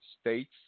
states